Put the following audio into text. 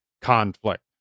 conflict